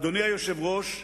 אדוני היושב-ראש,